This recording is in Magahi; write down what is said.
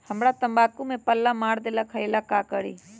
हमरा तंबाकू में पल्ला मार देलक ये ला का करी?